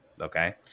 Okay